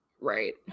Right